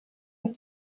dass